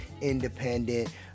independent